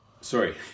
Sorry